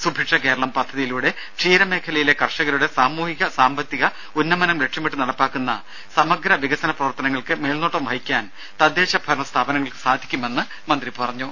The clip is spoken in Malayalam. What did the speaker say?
സുഭിക്ഷ കേരളം പദ്ധതിയിലൂടെ ക്ഷീരമേഖലയിലെ കർഷകരുടെ സാമൂഹിക സാമ്പത്തിക ഉന്നമനം ലക്ഷ്യമിട്ട് നടപ്പാക്കുന്ന സമഗ്ര വികസന പ്രവർത്തനങ്ങൾക്ക് മേൽനോട്ടം വഹിക്കാൻ തദ്ദേശ ഭരണ സ്ഥാപനങ്ങൾക്ക് സാധിക്കുമെന്ന് മന്ത്രി പറഞ്ഞു